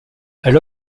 elle